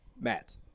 Matt